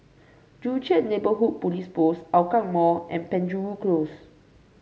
Joo Chiat Neighbourhood Police Post Hougang Mall and Penjuru Close